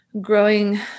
growing